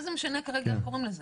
מה זה משנה כרגע איך קוראים לזה.